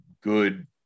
good